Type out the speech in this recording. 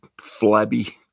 flabby